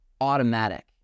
automatic